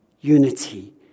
unity